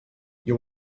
you